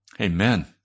Amen